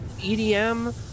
EDM